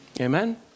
Amen